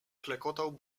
klekotał